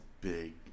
big